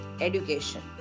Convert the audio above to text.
education